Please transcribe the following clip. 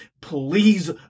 please